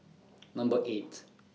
Number eight